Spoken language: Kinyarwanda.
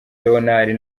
leonard